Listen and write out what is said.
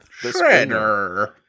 Shredder